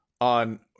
on